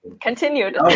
Continued